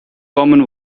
common